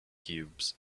cubes